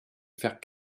faire